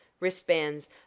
wristbands